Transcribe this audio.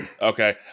Okay